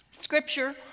Scripture